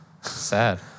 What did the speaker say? Sad